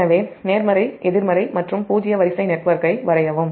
எனவே நேர்மறை எதிர்மறை மற்றும் பூஜ்ஜிய வரிசை நெட்வொர்க்கை வரையவும்